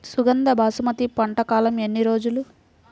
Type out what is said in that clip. సుగంధ బాసుమతి పంట కాలం ఎన్ని రోజులు?